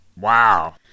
Wow